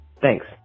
Thanks